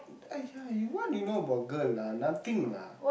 !aiya! what you know about girl lah nothing lah